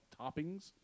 toppings